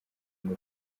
ngo